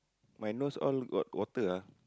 my nose all got water ah